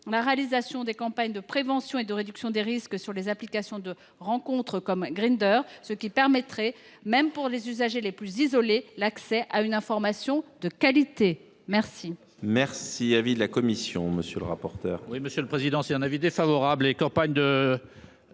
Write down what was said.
la réalisation de campagnes de prévention et de réduction des risques sur les applications de rencontres comme Grindr, ce qui permettrait, même pour les usagers les plus isolés, d’accéder à une information de qualité. Quel